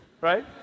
right